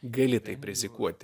gali taip rizikuoti